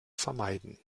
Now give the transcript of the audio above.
vermeiden